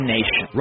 Nation